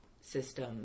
system